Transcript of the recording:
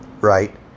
right